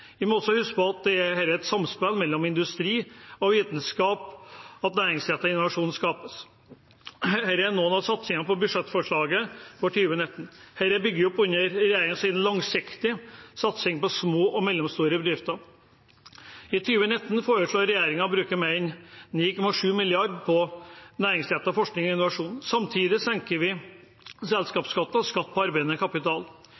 Vi må også huske på at det er i et samspill mellom industri og vitenskap at næringsrettet innovasjon skapes. Dette er noen av satsingene i budsjettforslaget for 2019. De bygger opp under regjeringens langsiktige satsing på små og mellomstore bedrifter. I 2019 foreslår regjeringen å bruke mer enn 9,7 mrd. kr på næringsrettet forskning og innovasjon. Samtidig senker vi